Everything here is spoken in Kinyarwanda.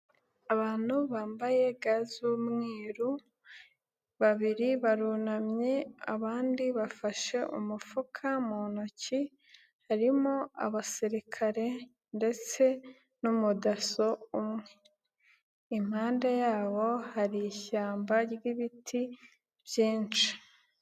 Abantu bambaye ga z'umweru babiri barunamye, abandi bafashe umufuka mu ntoki, harimo Abasirikare ndetse n'Umudaso umwe, impanda yabo hari ishyamba ry'ibiti byinshi.